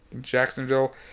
Jacksonville